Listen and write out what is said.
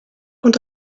und